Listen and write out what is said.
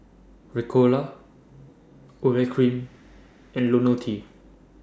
Ricola Urea Cream and Lonil T